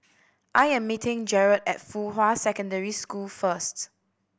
I am meeting Jarrad at Fuhua Secondary School first